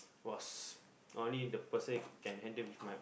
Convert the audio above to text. was only the person can handle with my